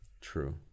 True